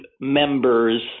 members